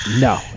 No